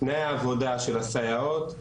תנאי העבודה של הסייעות,